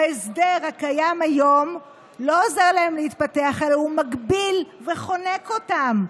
ההסדר הקיים היום לא עוזר להם להתפתח אלא הוא מגביל וחונק אותם.